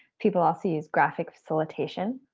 people also use graphic facilitation.